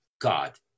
God